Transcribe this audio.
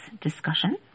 discussion